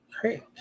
Great